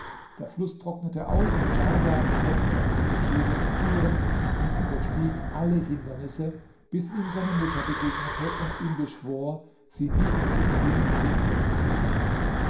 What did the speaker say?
der fluß trocknete aus und djaudar klopfte an den verschiedenen türen und überstieg alle hindernisse bis ihm seine mutter begegnete und ihn beschwor sie nicht zu zwingen sich zu entkleiden